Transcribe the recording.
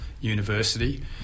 university